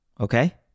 okay